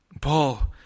Paul